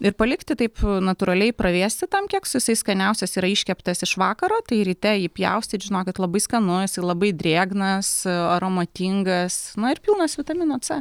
ir palikti taip natūraliai pravėsti tam keksui jisai skaniausias yra iškeptas iš vakaro tai ryte jį pjaustyt žinokit labai skanu jisai labai drėgnas aromatingas nu ir pilnas vitamino c